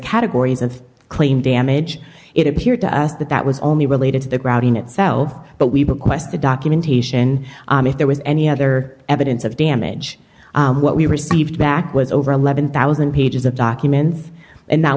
categories of claim damage it appeared to us that that was only related to the ground in itself but we request the documentation if there was any other evidence of damage what we received back was over eleven thousand pages of documents and